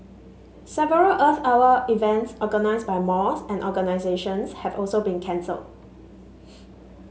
several Earth Hour events organised by malls and organisations have also been cancelled